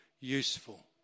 useful